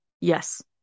yes